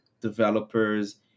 developers